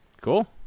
Cool